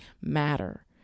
matter